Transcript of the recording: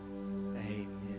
Amen